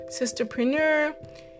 sisterpreneur